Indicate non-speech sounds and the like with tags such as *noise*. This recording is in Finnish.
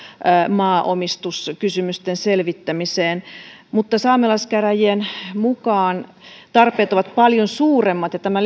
maanomistuskysymysten selvittämiseen mutta saamelaiskäräjien mukaan tarpeet ovat paljon suuremmat ja tämä *unintelligible*